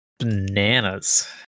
bananas